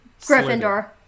Gryffindor